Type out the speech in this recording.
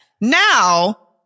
Now